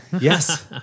Yes